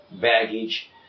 baggage